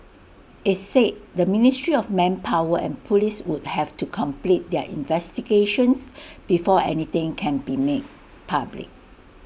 IT said the ministry of manpower and Police would have to complete their investigations before anything can be made public